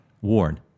warn